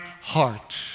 heart